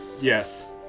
Yes